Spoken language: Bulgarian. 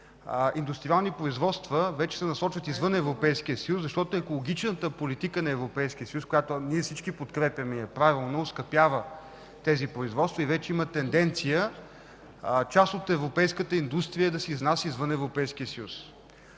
индустриални производства вече се насочват извън Европейския съюз, защото екологичната политика на Европейския съюз, която ние всички подкрепяме и е правилна – оскъпява тези производства и вече има тенденция част от европейската индустрия да се изнася извън Европейския съюз.